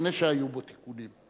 לפני שהיו בו תיקונים.